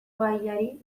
gaiari